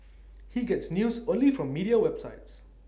he gets news only from media websites